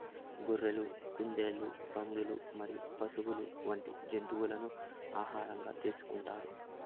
గొర్రెలు, కుందేళ్లు, పందులు మరియు పశువులు వంటి జంతువులను ఆహారంగా తీసుకుంటారు